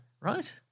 Right